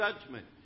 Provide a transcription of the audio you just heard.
judgment